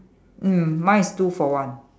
mm mine is two for one